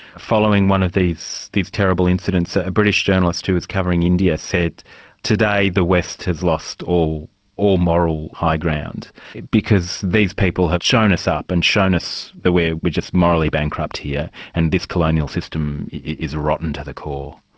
following one of these these terrible incidents, ah a british journalist who was covering india said today the west has lost all all moral high ground because these people have shown us up and shown us that we're we're just morally bankrupt here and this colonial system is rotten to the core.